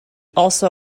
also